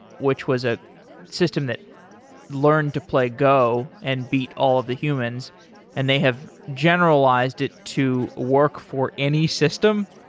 which was a system that learned to play go and beat all of the humans and they have generalized it to work for any system?